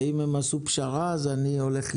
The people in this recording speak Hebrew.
ואם הם עשו פשרה אז אני הולך איתם.